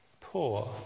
poor